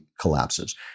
collapses